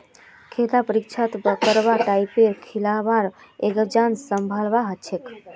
लेखा परीक्षकक बरका टाइपेर लिखवार एग्जाम संभलवा हछेक